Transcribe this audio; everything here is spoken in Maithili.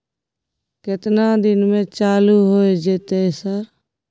केतना दिन में चालू होय जेतै सर?